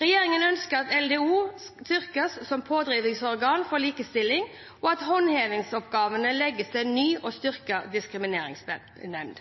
Regjeringen ønsker at Likestillings- og diskrimineringsombudet, LDO, styrkes som pådriverorgan for likestilling, og at håndhevingsoppgavene legges til en ny og styrket diskrimineringsnemnd.